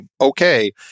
okay